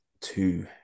two